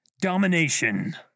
domination